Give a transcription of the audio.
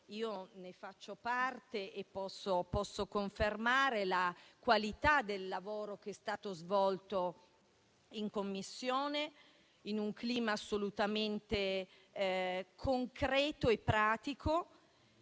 io ne faccio parte e posso confermare la qualità del lavoro che è stato svolto, in un clima assolutamente concreto e pratico